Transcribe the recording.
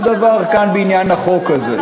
אותו דבר כאן, בעניין החוק הזה.